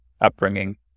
upbringing